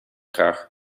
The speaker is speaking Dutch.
graag